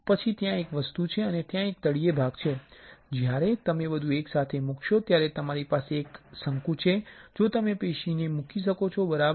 પછી ત્યાં એક વસ્તુ છે અને ત્યાં એક તળિયે ભાગ છે જ્યારે તમે બધું એકસાથે મૂકશો ત્યારે તમારી પાસે એક શંકુ છે જેમાં તમે પેશીને મૂકી શકો છો બરાબર